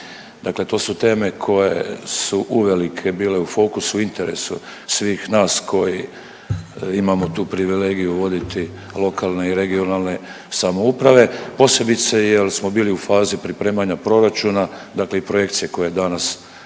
Dakle, to su teme koje su uvelike bile u fokusu, interesu svih nas koji imamo tu privilegiju voditi lokalne i regionalne samouprave, posebice jer smo bili u fazi pripremanja proračuna, dakle i projekcije koje danas dakle